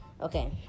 Okay